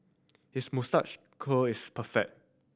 his moustache curl is perfect